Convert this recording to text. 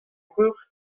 vreur